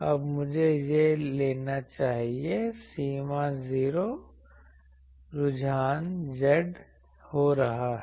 अब मुझे यह लेना चाहिए सीमा 0 पर रुझान z हो रहा है